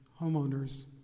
homeowners